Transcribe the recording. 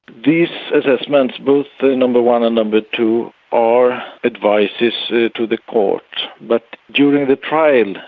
these assessments, both number one and number two, are advices to the court. but during the trial,